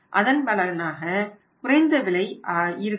அதன் பலன் குறைந்த விலை ஆகும்